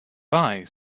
bye